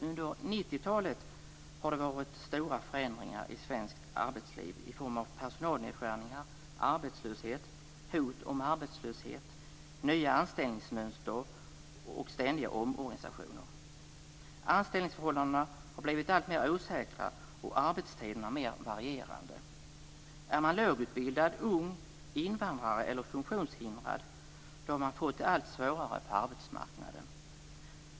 Under 90-talet har det varit stora förändringar i svenskt arbetsliv i form av personalnedskärningar, arbetslöshet, hot om arbetslöshet, nya anställningsmönster och ständiga omorganisationer. Anställningsförhållandena har blivit alltmer osäkra och arbetstiderna mer varierande. Är man lågutbildad, ung, invandrare eller funktionshindrad har man fått det allt svårare på arbetsmarknaden.